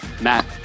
Matt